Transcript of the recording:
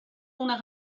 una